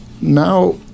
now